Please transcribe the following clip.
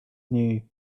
new